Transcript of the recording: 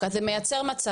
הוא יודע בדיוק מה זה עשה